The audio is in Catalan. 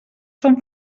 són